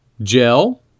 gel